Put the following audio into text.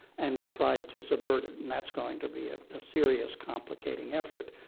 and will try to subvert it. and thats going to be a serious complicating effort.